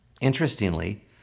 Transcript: Interestingly